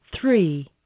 three